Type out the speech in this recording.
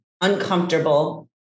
uncomfortable